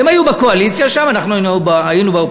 הם היו בקואליציה שם, אנחנו היינו באופוזיציה.